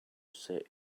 seh